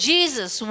Jesus